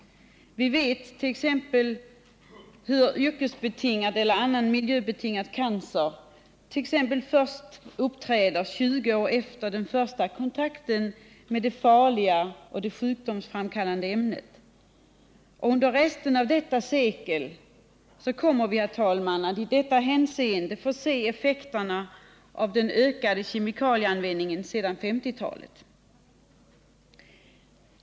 Det finns exempel på yrkesbetingad eller annan miljöbetingad cancer som uppträder först 20 år efter den första kontakten med det farliga sjukdomsframkallande ämnet. Under resten av detta sekel kommer vi i detta hänseende att få se effekterna av den ökade kemikalieanvändningen fr.o.m. 1950-talet.